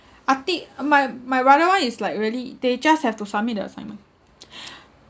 arty uh my my brother [one] is like really they just have to submit the assignment